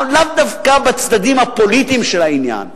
לאו דווקא בצדדים הפוליטיים של העניין,